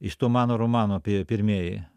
iš to mano romano pi pirmieji